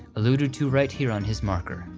alluded to right here on his marker,